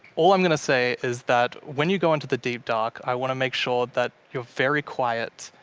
all i'm going to say is that when you go into the deep dark, i want to make sure that you're very quiet.